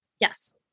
Yes